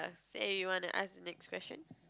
say you wanna ask the next question